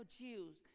Jews